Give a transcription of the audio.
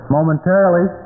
Momentarily